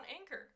Anchor